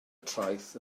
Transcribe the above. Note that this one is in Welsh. traeth